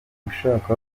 ushaka